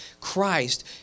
Christ